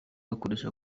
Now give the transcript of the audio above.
zikoreshwa